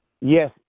Yes